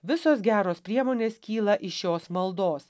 visos geros priemonės kyla iš šios maldos